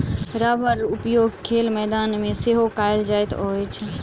रबड़क उपयोग खेलक मैदान मे सेहो कयल जाइत अछि